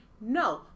No